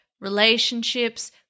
relationships